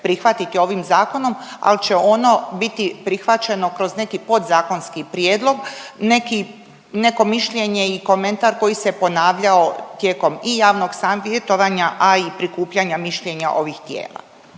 prihvatiti ovim zakonom, al će ono biti prihvaćeno kroz neki podzakonski prijedlog, neki, neko mišljenje i komentar koji se ponavljao tijekom i javnog savjetovanja, a i prikupljanja mišljenja ovih tijela?